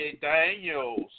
Daniels